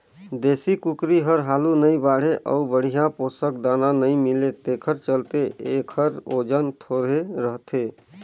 देसी कुकरी हर हालु नइ बाढ़े अउ बड़िहा पोसक दाना नइ मिले तेखर चलते एखर ओजन थोरहें रहथे